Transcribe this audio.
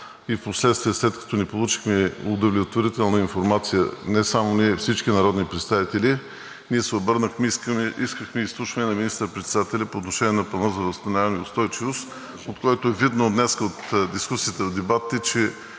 Впоследствие, след като не получихме удовлетворителна информация не само ние, а всички народни представители, ние се обърнахме и искахме изслушване на министър-председателя по отношение на Плана за възстановяване и устойчивост, от който е видно днес от дискусията в дебатите, че